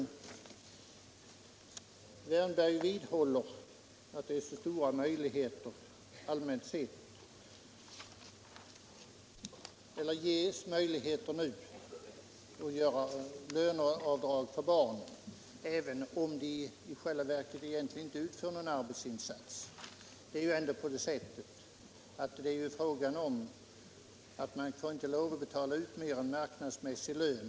Herr Wärnberg vidhåller att det nu skapas möjligheter att göra löneavdrag för barn även om de i själva verket inte gör någon arbetsinsats. Men man får ju inte lov att göra avdrag för mer än marknadsmässig lön.